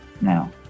now